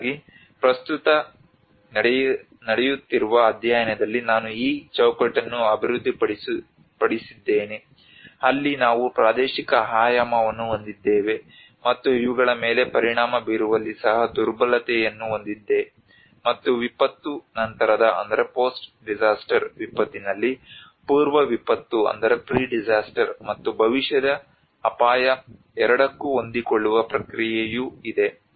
ಹಾಗಾಗಿ ಪ್ರಸ್ತುತ ನಡೆಯುತ್ತಿರುವ ಅಧ್ಯಯನದಲ್ಲಿ ನಾನು ಈ ಚೌಕಟ್ಟನ್ನು ಅಭಿವೃದ್ಧಿಪಡಿಸಿದ್ದೇನೆ ಅಲ್ಲಿ ನಾವು ಪ್ರಾದೇಶಿಕ ಆಯಾಮವನ್ನು ಹೊಂದಿದ್ದೇವೆ ಮತ್ತು ಇವುಗಳ ಮೇಲೆ ಪರಿಣಾಮ ಬೀರುವಲ್ಲಿ ಸಹ ದುರ್ಬಲತೆಯನ್ನು ಹೊಂದಿದೆ ಮತ್ತು ವಿಪತ್ತು ನಂತರದ ವಿಪತ್ತಿನಲ್ಲಿ ಪೂರ್ವ ವಿಪತ್ತು ಮತ್ತು ಭವಿಷ್ಯದ ಅಪಾಯ ಎರಡಕ್ಕೂ ಹೊಂದಿಕೊಳ್ಳುವ ಪ್ರಕ್ರಿಯೆಯೂ ಇದೆ